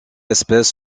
espèce